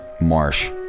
Marsh